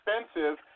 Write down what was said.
expensive